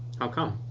how come?